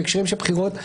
בהקשרים של בחירות.